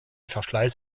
verschleiß